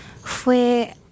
fue